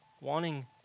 wanting